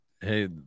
Hey